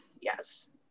yes